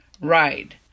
ride